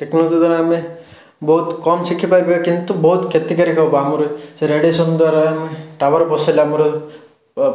technology ଦ୍ଵାରା ଆମେ ବହୁତ କମ୍ ଶିଖିପାରିବା କିନ୍ତୁ ବହୁତ କ୍ଷତିକାରିକ ହେବ ଆମର ସେ ରେଡ଼ିଏସନ୍ ଦ୍ଵାରା ଆମେ ଟାୱାର୍ ବସେଇଲେ ଆମର